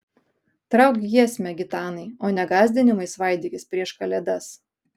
trauk giesmę gitanai o ne gąsdinimais svaidykis prieš kalėdas